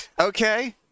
okay